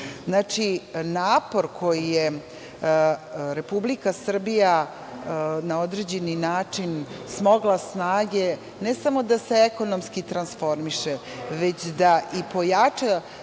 od 20%.Napor koji je Republika Srbija na određeni način smogla snage ne samo da se ekonomski transformiše, već i da pojača